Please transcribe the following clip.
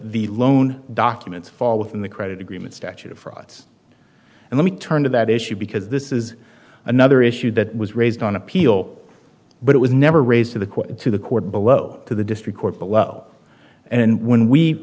the loan documents fall within the credit agreement statute of frauds and let me turn to that issue because this is another issue that was raised on appeal but it was never raised to the court to the court below to the district court below and when we